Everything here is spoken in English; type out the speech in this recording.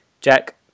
Jack